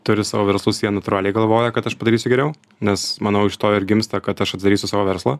turi savo verslus sienų troliai galvoja kad aš padarysiu geriau nes manau iš to ir gimsta kad aš atidarysiu savo verslą